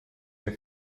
her